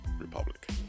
republic